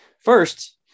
First